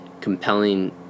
compelling